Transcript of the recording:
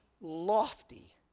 lofty